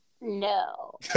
No